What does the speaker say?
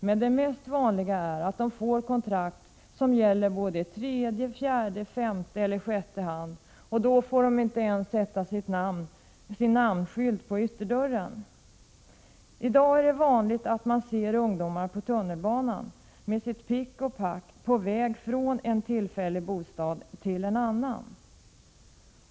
Men det mest vanliga är att de får kontrakt som gäller i tredje, fjärde, femte eller sjätte hand, och då får de inte ens sätta sin namnskylt på ytterdörren. I dag är det vanligt att man ser ungdomar på tunnelbanan med sitt pick och pack på väg från en tillfällig bostad till en annan.